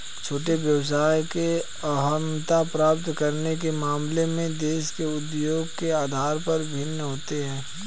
छोटे व्यवसायों में अर्हता प्राप्त करने के मामले में देश और उद्योग के आधार पर भिन्न होता है